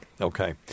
Okay